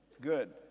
good